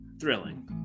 thrilling